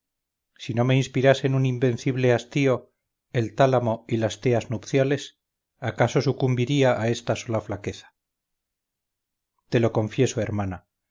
si no me inspirasen un invencible hastío el tálamo y las teas nupciales acaso sucumbiría a esta sola flaqueza te lo confieso hermana